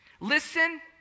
Listen